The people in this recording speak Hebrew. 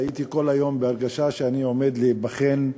הייתי כל היום בהרגשה שאני עומד להיבחן בבחינה,